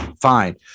Fine